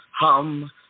hum